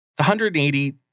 180